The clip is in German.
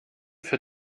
für